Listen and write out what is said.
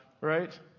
Right